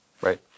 right